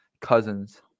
Cousins